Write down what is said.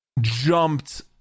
jumped